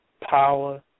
power